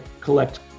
collect